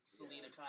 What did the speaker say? Selena